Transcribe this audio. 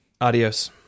Adios